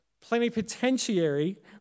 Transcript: plenipotentiary